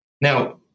Now